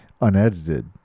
unedited